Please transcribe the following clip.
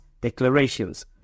declarations